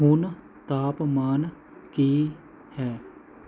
ਹੁਣ ਤਾਪਮਾਨ ਕੀ ਹੈ